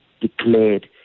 declared